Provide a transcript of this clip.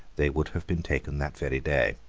they would have been taken that very day.